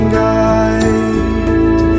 guide